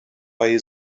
bei